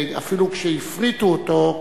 אפילו כשהפריטו אותו,